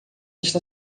esta